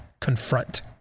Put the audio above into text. confront